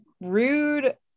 rude